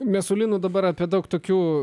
mes su linu dabar apie daug tokių